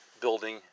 building